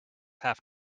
have